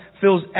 fills